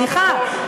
סליחה,